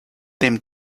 them